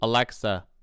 alexa